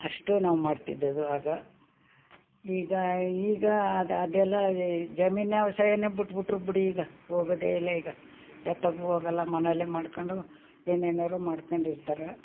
ಅಷ್ಟು ನಾವು ಮಾಡ್ತಿದ್ದದ್ದು ಆಗ ಈಗ ಈಗ ಅದು ಅದೆಲ್ಲ ಜಮೀನು ವ್ಯವಸಾಯವೇ ಬಿಟ್ಬಿಟ್ರು ಬಿಡಿ ಈಗ ಹೋಗೋದೆ ಇಲ್ಲ ಈಗ ಎತ್ತೋಕ್ಕೂ ಹೋಗಲ್ಲ ಮನೆಯಲ್ಲೇ ಮಾಡ್ಕೊಂಡು ಏನೇನಾದ್ರು ಮಾಡ್ಕೊಂಡಿರ್ತಾರೆ